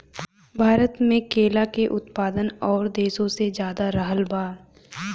भारत मे केला के उत्पादन और देशो से ज्यादा रहल बा